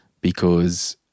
because-